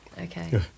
Okay